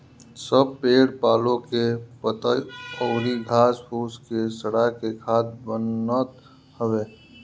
सब पेड़ पालो के पतइ अउरी घास फूस के सड़ा के खाद बनत हवे